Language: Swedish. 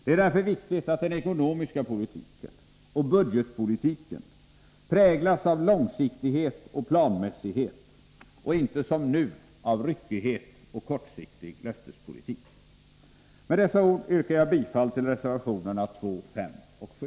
Det är därför viktigt att den ekonomiska politiken och budgetpolitiken präglas av långsiktighet och planmässighet och inte som nu av ryckighet och kortsiktig löftespolitik. Med dessa ord yrkar jag bifall till reservationerna 2, 5 och 7.